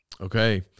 Okay